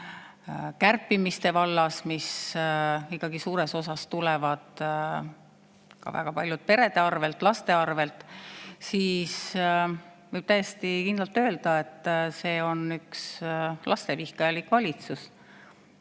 kärpimiste vallas, mis ikkagi suures osas tuleb perede arvelt, laste arvelt, siis võib täiesti kindlalt öelda, et see on üks lastevihkajalik valitsus.